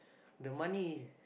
the money